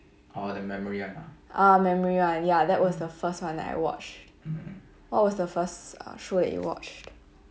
ah memory one ya that was the first one that I watch what was the first ah show you watched